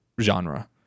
genre